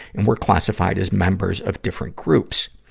and we're classified as members of different groups.